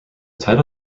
title